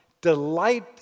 delight